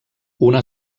una